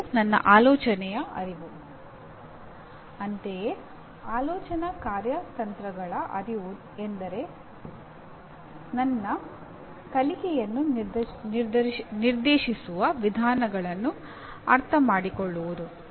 ಇದು ನನ್ನ ಆಲೋಚನೆಯ ಅರಿವು ಅಂತೆಯೇ ಆಲೋಚನಾ ಕಾರ್ಯತಂತ್ರಗಳ ಅರಿವು ಎಂದರೆ ನನ್ನ ಕಲಿಕೆಯನ್ನು ನಿರ್ದೇಶಿಸುವ ವಿಧಾನಗಳನ್ನು ಅರ್ಥಮಾಡಿಕೊಳ್ಳುವುದು